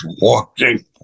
walking